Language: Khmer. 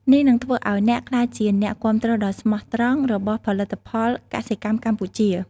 នេះនឹងធ្វើឱ្យអ្នកក្លាយជាអ្នកគាំទ្រដ៏ស្មោះត្រង់របស់ផលិតផលកសិកម្មកម្ពុជា។